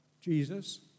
Jesus